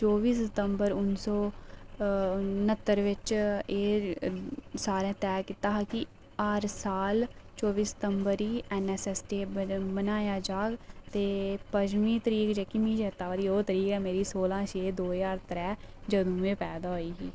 चौह्बी सितंबर उन्नी सौ न्हत्तर बिच एह् सारें तैह् कीता कि हर साल चौह्बी सितंबर गी एनएसएस डे बनाया जाह्ग ते पंञमीं तरीक ते पंञमीं तरीक जेह्की मिगी चेता आवा दी ओह् तरीक ऐ मेरी सोलां छे दो ज्हार त्रैऽ जदूं में पैदा होई ही